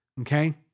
okay